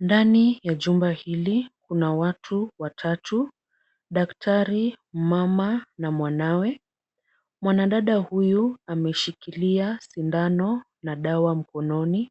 Ndani ya jumba hili kuna watu watatu, daktari, mama na mwanawe. Mwanadada huyu ameshikilia sindano na dawa mkononi,